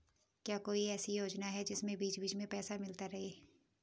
क्या कोई ऐसी योजना है जिसमें बीच बीच में पैसा मिलता रहे?